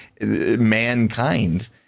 mankind